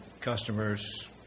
customers